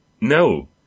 No